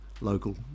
local